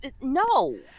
no